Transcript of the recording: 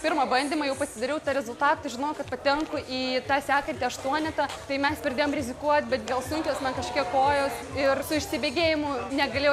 pirmą bandymą jau pasidariau tą rezultatą žinojau kad patenku į tą sekantį aštuonetą tai mes pradėjom rizikuot bet gal sunkios man kažkiek kojos ir su išsibėgėjimu negalėjau